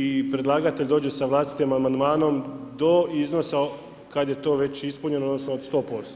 i predlagatelj dođe sa vlastitim amandmanom, do iznosa kada je to već ispunjeno, odnosno, od 100%